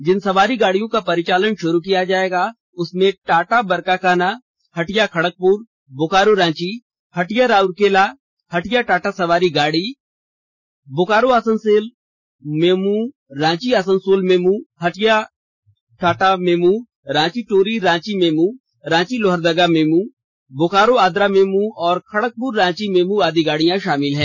जिन सवारी गाड़ियों का परिचालन शुरू किया जायेगा उसमें टाटा बरकाकाना हटिया खड़गपुर बोकारो रांची हटिया राउरकेला हटिया टाटा सवारी गाड़ी Bokaro Asansol MEMU Ranchi Asansol MEMU Tata Hatia MEMU Ranchi Tori Ranchi MEMU Ranchi Lohardaga MEMU Bokaro Adra MEMU और खड़गपुर रांची मेमू आदि गाड़ी शामिल है